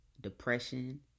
depression